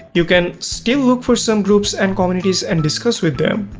you can still look for some groups and communities and discuss with them.